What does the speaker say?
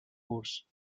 course